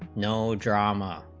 no drama